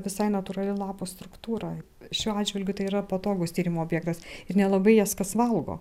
visai natūrali lapų struktūra šiuo atžvilgiu tai yra patogūs tyrimų objektas ir nelabai jas kas valgo